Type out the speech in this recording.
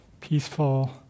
peaceful